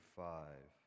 five